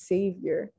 Savior